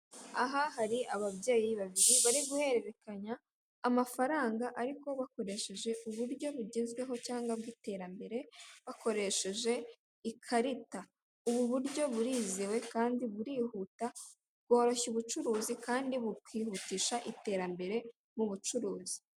Aha hari ababyeyi babiri bariguhererekanya amafaranga ariko bakoresheje uburyo bugezweho cyangwa bw’iterambere bakoresheje ikarita ubu buryo burizewe kandi burihuta bworoshya ubucuruzi kandi bukihutisha iterambere mu bucuruzi.